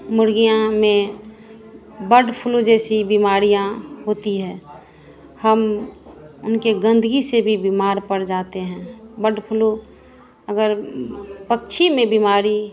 मुर्गियाँ में bird flu जैसी बीमारियाँ होती है हम उनके गंदगी से भी बिमार पड़ जाते हैं बड्ड फ्लू अगर पक्षी में बीमारी